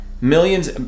Millions